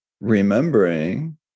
remembering